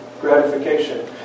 Gratification